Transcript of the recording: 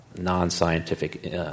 non-scientific